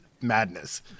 madness